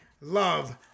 love